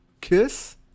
Kiss